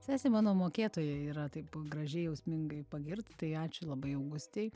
sesė mano mokėtoja yra taip gražiai jausmingai pagirt tai ačiū labai augustei